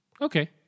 okay